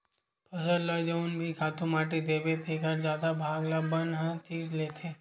फसल ल जउन भी खातू माटी देबे तेखर जादा भाग ल बन ह तीर लेथे